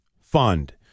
Fund